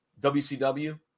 WCW